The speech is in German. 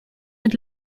mit